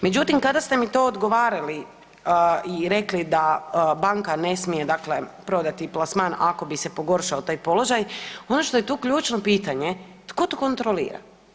Međutim, kada te mi to odgovarali i rekli da banka ne smije prodati plasman ako bi se pogoršao taj položaj, ono što je tu ključno pitanje, tko to kontrolira?